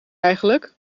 eigenlijk